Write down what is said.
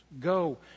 Go